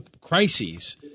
crises